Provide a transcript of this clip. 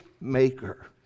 maker